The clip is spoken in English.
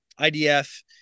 IDF